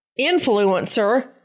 Influencer